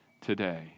today